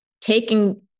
taking